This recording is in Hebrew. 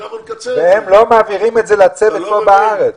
והם לא מעבירים את זה לצוות פה בארץ.